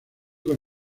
con